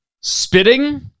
spitting